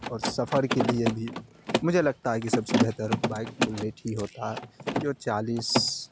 اور سفر کے لیے بھی مجھے لگتا ہے کہ سب سے بہتر بائک بلیٹ ہی ہوتا ہے جو چالیس